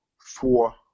four